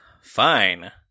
fine